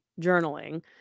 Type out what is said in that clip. journaling